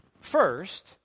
First